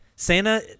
Santa